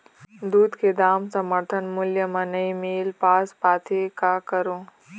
दूध के दाम समर्थन मूल्य म नई मील पास पाथे, का करों?